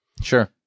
Sure